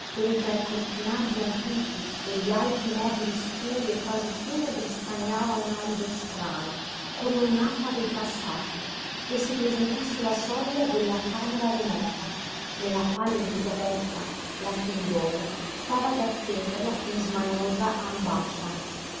dove tra i cortinaggi antichi e gli alti mobili scuri e quasi funebri stagnava un alido strano come un'afa del passato e si presentò sulla soglia della camera remota nella quale elisabetta la figliuola stava ad attenderla in smaniosa ambascia